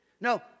No